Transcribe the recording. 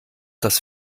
das